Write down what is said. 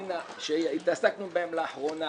נאמר בתי דין שהתעסקנו בהם לאחרונה,